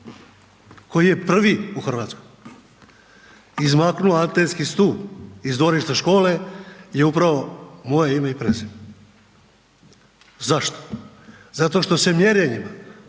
koji je prvi u Hrvatskoj izmaknuo antenski stup iz dvorišta škole je upravo moje ime i prezime. Zašto? Zato što se mjerenjima